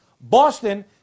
Boston